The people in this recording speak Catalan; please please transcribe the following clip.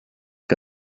que